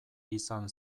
izan